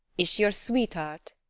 is she your sweetheart?